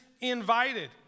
invited